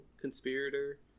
conspirator